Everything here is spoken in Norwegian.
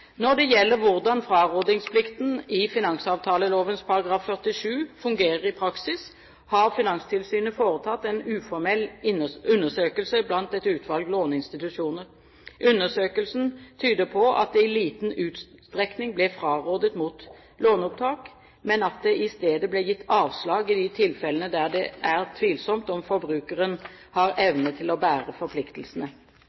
Når det gjelder hvordan frarådingsplikten i finansavtaleloven § 47 fungerer i praksis, har Finanstilsynet foretatt en uformell undersøkelse blant et utvalg låneinstitusjoner. Undersøkelsen tydet på at det i liten utstrekning blir frarådet mot låneopptak, men at det i stedet blir gitt avslag i de tilfellene der det er tvilsomt om forbrukeren har